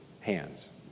hands